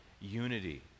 unity